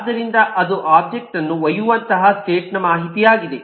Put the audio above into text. ಆದ್ದರಿಂದ ಅದು ಒಬ್ಜೆಕ್ಟ್ ಅನ್ನು ಒಯ್ಯುವಂತಹ ಸ್ಟೇಟ್ ನ ಮಾಹಿತಿಯಾಗಿದೆ